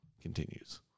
continues